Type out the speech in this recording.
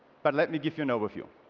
but let me give you an overview.